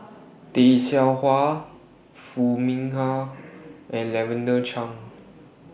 Tay Seow Huah Foo Mee Har and Lavender Chang